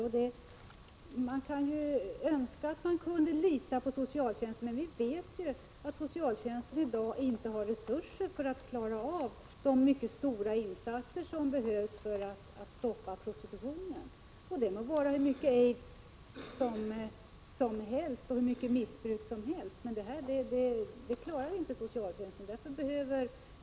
Visst kunde man önska att vi kunde lita på socialtjänsten, men vi vet att denna i dag inte har resurser för att klara de mycket stora insatser som behövs för att stoppa prostitutionen, och det gäller oavsett hur mycket av aids eller av missbruk som förekommer.